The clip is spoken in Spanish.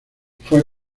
fue